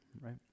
right